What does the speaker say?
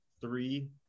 three